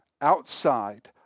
outside